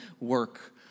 work